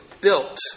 built